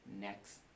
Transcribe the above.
next